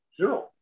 zero